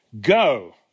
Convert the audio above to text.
Go